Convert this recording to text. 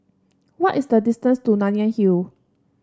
what is the distance to Nanyang Hill